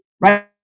right